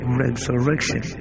resurrection